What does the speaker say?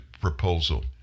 proposal